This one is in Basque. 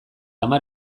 hamar